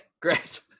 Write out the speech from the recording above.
great